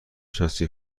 شناسی